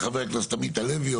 חבר הכנסת מיכאל ביטון